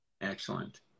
Excellent